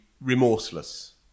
remorseless